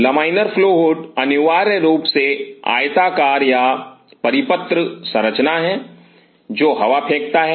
laminar flow hood अनिवार्य रूप से आयताकार या परिपत्र संरचना है जो हवा फेंकता है